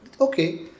Okay